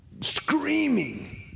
screaming